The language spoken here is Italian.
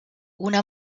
una